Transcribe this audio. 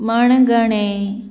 मणगणें